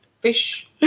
fish